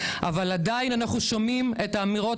אבל עדיין אנחנו שומעים את האמירות